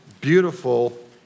beautiful